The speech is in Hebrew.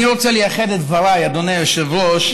אני רוצה לייחד את דבריי, אדוני היושב-ראש,